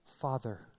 Father